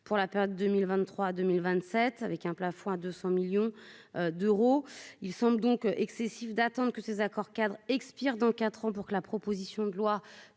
pour la période 2023 2027 avec un plafond à 200 millions d'euros, ils sont donc excessif d'attendre que ces accords-cadres expire dans 4 ans pour que la proposition de loi